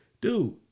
Dude